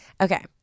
Okay